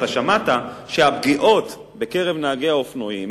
אתה שמעת שהפגיעות בקרב נהגי האופנועים